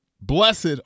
blessed